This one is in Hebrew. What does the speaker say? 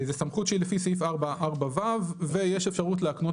זו סמכות שהיא לפי סעיף (4)(ו) ויש אפשרות להקנות